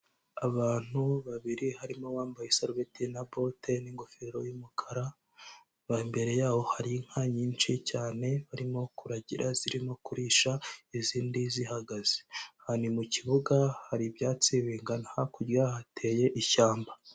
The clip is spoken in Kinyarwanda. Abantu babiri harimo uwambaye isarubeti na bote n'ingofero y'umukara, ba imbere yaho hari inka nyinshi cyane, barimo kuragira zirimo kurisha, izindi zihagaze, ha ni mu kibuga hari ibyatsi bingana, hakurya hateye ishyamba.